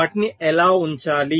వాటిని ఎలా ఉంచాలి